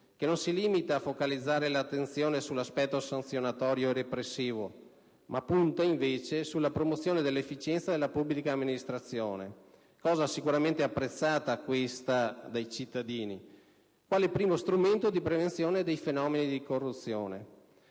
che non si limita a focalizzare l'attenzione sull'aspetto sanzionatorio e repressivo, ma punta sulla promozione dell'efficienza della pubblica amministrazione (cosa sicuramente apprezzata dai cittadini) quale primo strumento di prevenzione dei fenomeni di corruzione.